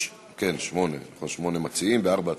יש כשמונה מציעים בארבע ההצעות,